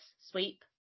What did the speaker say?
sweep